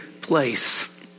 place